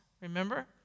remember